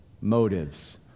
motives